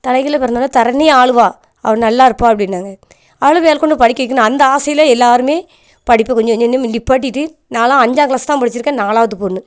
தலைகீழாக பிறந்தவொன்னே தரணி ஆளுவா அவள் நல்லா இருப்பால் அப்படின்னாங்க அவளை மேற்கொண்டு படிக்க வைக்கணும் அந்த ஆசையில் எல்லோருமே படிப்பை கொஞ்ச கொஞ்ச நிற்பாட்டிட்டு நான்லாம் அஞ்சாங்கிளாஸ் தான் படிச்சிருக்கேன் நாலாவது பொண்ணு